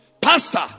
Pastor